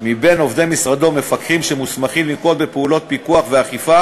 מבין עובדי משרדו מפקחים שמוסמכים לנקוט פעולות פיקוח ואכיפה